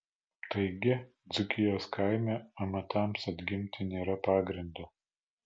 taigi dzūkijos kaime amatams atgimti nėra pagrindo